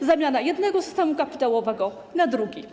To zamiana jednego systemu kapitałowego na drugi.